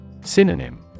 Synonym